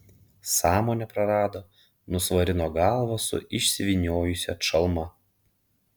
sąmonę prarado nusvarino galvą su išsivyniojusia čalma